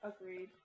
agreed